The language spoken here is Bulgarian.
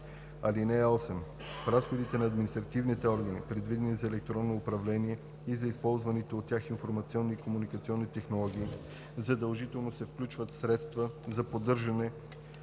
6. (8) В разходите на административните органи, предвидени за електронно управление и за използваните от тях информационни и комуникационни технологии, задължително се включват средства за поддържане